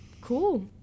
cool